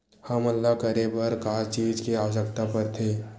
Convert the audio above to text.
हमन ला करे बर का चीज के आवश्कता परथे?